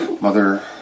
Mother